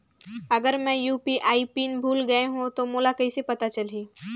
अगर मैं UPI PIN भुल गये हो तो मोला कइसे पता चलही?